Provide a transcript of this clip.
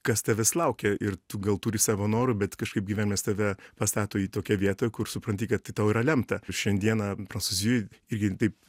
kas tavęs laukia ir tu gal turi savo norų bet kažkaip gyvenimas tave pastato į tokią vietą kur supranti kad tau yra lemta šiandieną prancūzijoj irgi taip